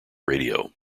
radio